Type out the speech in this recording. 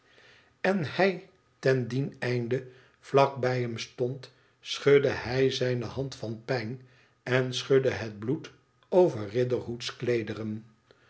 en hij ten dien einde vlak bij hem stond schudde hij zijne hand van pijn en schudde het bloed over riderhood's